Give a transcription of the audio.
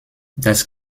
das